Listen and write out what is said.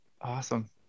Awesome